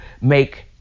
make